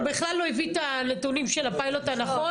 הוא בכלל לא הביא את הנתונים של הפיילוט הנכון?